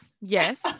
Yes